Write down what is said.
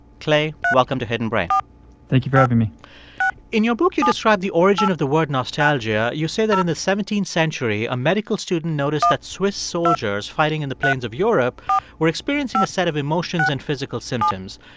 clay, welcome to hidden brain thank you for having me in your book, you describe the origin of the word nostalgia. you say that in the seventeenth century, a medical student noticed that swiss soldiers fighting in the plains of europe were experiencing a set of emotions and physical symptoms.